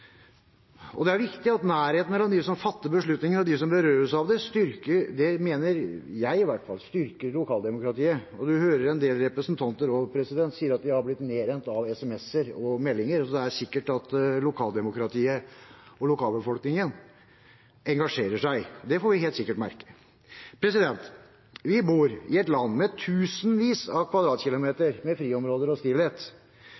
og foreta avveininger mellom arealbruk og naturforvaltning. Det er viktig at nærhet mellom dem som fatter beslutninger, og dem som berøres av dem, styrker lokaldemokratiet, mener jeg, i hvert fall. Og en hører også en del representanter si at de har blitt nedrent av SMS-er og meldinger, så det er sikkert at lokalbefolkningen engasjerer seg. Det får vi helt sikkert merke. Vi bor i et land med tusenvis av kvadratkilometer med friområder og stillhet.